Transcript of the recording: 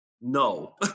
No